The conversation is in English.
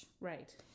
Right